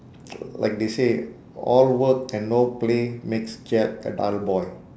like they say all work and no play makes jack a dull boy